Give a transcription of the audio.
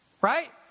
Right